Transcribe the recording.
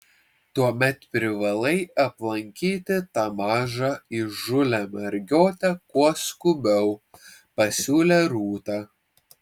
tuomet privalai aplankyti tą mažą įžūlią mergiotę kuo skubiau pasiūlė rūta